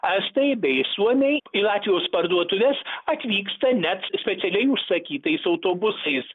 estai bei suomiai į latvijos parduotuves atvyksta net specialiai užsakytais autobusais